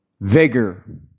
Vigor